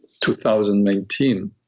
2019